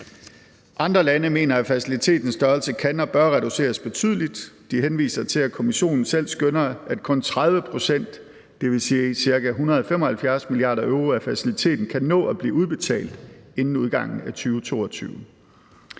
Andre lande mener, at facilitetens størrelse kan og bør reduceres betydeligt. De henviser til, at Kommissionen selv skønner, at kun 30 pct., dvs. ca. 175 mia. euro, af faciliteten kan nå at blive udbetalt inden udgangen af 2022.